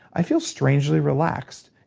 i feel strangely relaxed.